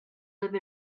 live